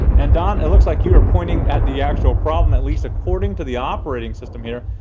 and don, it looks like you were pointing at the actual problem, at least according to the operating system here.